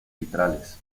vitrales